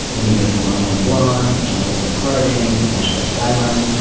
and he does blonde on blonde and john wesley harding and nashville skyline.